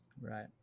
Right